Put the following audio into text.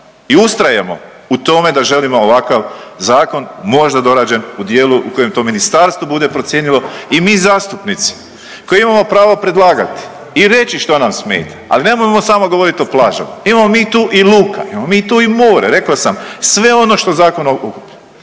i ustrajemo u tome da želimo ovakav zakon možda dorađen u dijelu u kojem to ministarstvo bude procijenilo i mi zastupnici koji imamo pravo predlagati i reći što nam smeta. Ali nemojmo samo govoriti o plažama, imamo tu i luka, imamo mi tu i more reko sam sve ono što zakon, imamo